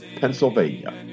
Pennsylvania